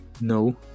No